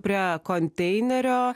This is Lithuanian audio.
prie konteinerio